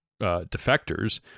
defectors